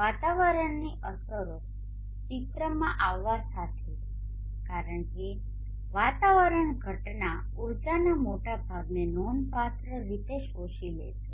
વાતાવરણની અસરો ચિત્રમાં આવવા સાથે કારણ કે વાતાવરણ ઘટના ઉર્જાના મોટા ભાગને નોંધપાત્ર રીતે શોષી લે છે